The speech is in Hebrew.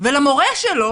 ולמורה שלו